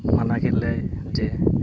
ᱢᱟᱱᱟ ᱠᱮᱫ ᱞᱮᱭᱟᱭ ᱡᱮ